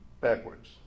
backwards